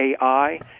AI